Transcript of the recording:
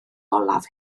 olaf